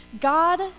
God